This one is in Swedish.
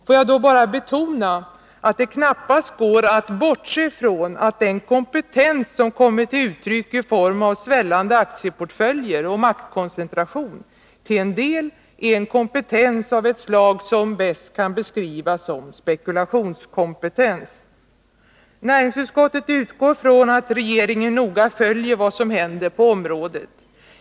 Får jag då bara betona att det knappast går att bortse från att den kompetens som kommer till uttryck i form av svällande aktieportföljer och maktkoncentration till en del är en kompetens av ett slag som bäst kan beskrivas som spekulationskompetens. Näringsutskottet utgår från att regeringen noga följer vad som händer på området.